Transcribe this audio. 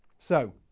so,